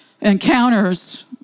encounters